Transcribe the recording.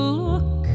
look